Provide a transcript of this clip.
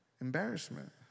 embarrassment